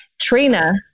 Trina